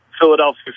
Philadelphia